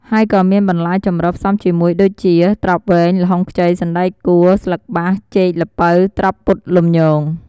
ហើយក៏មានបន្លែចម្រុះផ្សំជាមួយដូចជា ត្រប់វែង ល្ហុងខ្ចី សណ្ដែកកួរ ស្លឹកបាស ចេក ល្ពៅ ត្រប់ពុតលំញង។